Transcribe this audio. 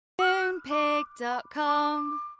Moonpig.com